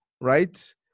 right